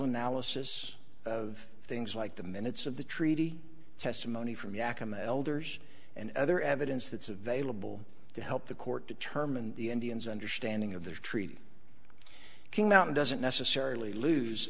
analysis of things like the minutes of the treaty testimony from yakima elders and other evidence that's available to help the court determine the indians understanding of the treaty came out and doesn't necessarily lose